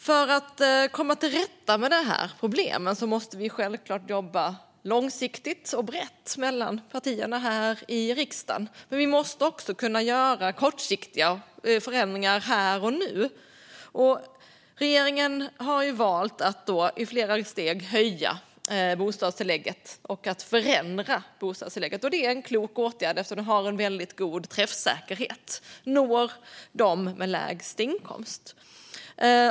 För att komma till rätta med dessa problem måste vi självklart jobba långsiktigt och brett mellan partierna här i riksdagen. Men vi måste också kunna göra kortsiktiga förändringar här och nu. Regeringen har valt att i flera steg höja bostadstillägget och att förändra det. Det är en klok åtgärd, eftersom det har en väldigt god träffsäkerhet. Det når dem med lägst inkomst.